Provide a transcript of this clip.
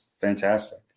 fantastic